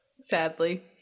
sadly